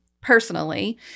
personally